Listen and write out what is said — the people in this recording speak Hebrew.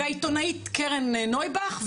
והעיתונאית קרן נויבך,